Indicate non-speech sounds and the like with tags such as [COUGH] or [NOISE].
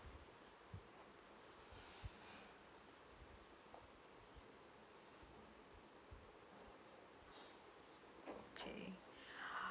okay [BREATH]